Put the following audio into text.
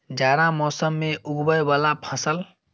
जाड़ा मौसम मे उगवय वला फसल?